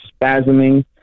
spasming